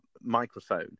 microphone